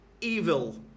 evil